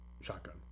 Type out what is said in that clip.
shotgun